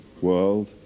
world